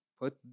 put